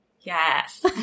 Yes